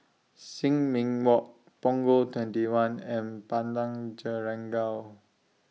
Sin Ming Walk Punggol twenty one and Padang Jeringau